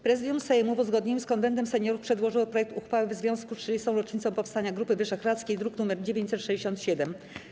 Prezydium Sejmu, w uzgodnieniu z Konwentem Seniorów, przedłożyło projekt uchwały w związku z 30. rocznicą powstania Grupy Wyszehradzkiej, druk nr 967.